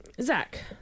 Zach